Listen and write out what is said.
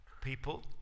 people